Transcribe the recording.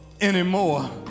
anymore